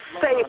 safe